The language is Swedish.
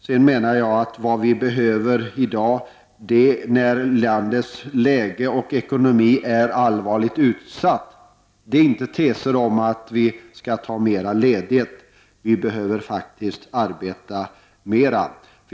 Sedan menar jag att vad vi behöver i dag när landets läge och ekonomi är allvarligt utsatta, är inte teser om att vi skall ta mer ledigt — vi behöver faktiskt arbeta mer.